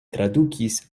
tradukis